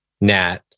Nat